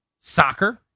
soccer